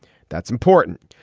that's important.